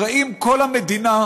הרי אם כל המדינה,